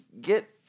get